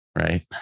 right